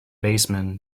baseman